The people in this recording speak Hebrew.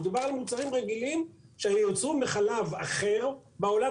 מדובר על מוצרים רגילים שיוצרו מחלב אחר בעולם,